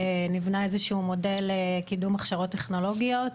נִבְנָה איזשהו מודל קידום הכשרות טכנולוגיות.